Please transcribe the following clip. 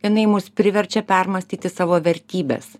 jinai mus priverčia permąstyti savo vertybes